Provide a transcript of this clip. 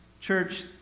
church